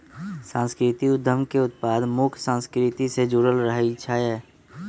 सांस्कृतिक उद्यम के उत्पाद मुख्य संस्कृति से जुड़ल रहइ छै